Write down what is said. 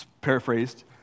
paraphrased